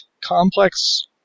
complex